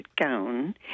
gown